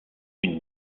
une